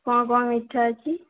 କ'ଣ କ'ଣ ମିଠା ଅଛି